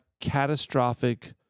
catastrophic